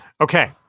Okay